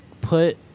Put